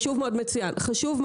מצוין.